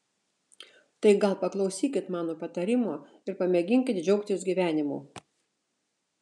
tai gal paklausykit mano patarimo ir pamėginkit džiaugtis gyvenimu